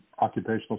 occupational